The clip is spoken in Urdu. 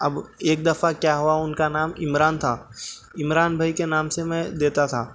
اب ایک دفعہ کیا ہوا ان کا نام عمران تھا عمران بھائی کے نام سے میں دیتا تھا